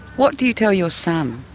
what do you tell your son?